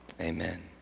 amen